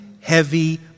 heavy